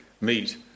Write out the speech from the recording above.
meet